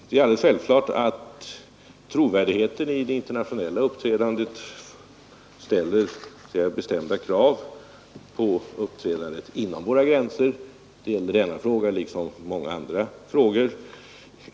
Det är självklart att trovärdigheten i det internationella uppträdandet ställer bestämda krav på uppträdandet inom våra gränser såväl i denna fråga som i många andra frågor.